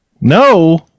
no